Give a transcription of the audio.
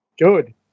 good